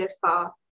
far